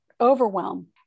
overwhelm